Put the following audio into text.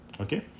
okay